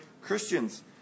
Christians